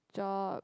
job